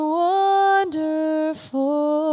wonderful